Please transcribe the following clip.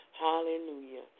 Hallelujah